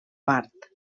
part